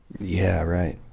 yeah, right.